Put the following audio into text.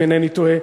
אם אינני טועה,